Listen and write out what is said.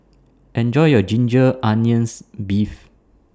Enjoy your Ginger Onions Beef